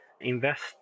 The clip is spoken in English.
invest